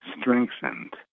strengthened